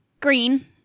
Green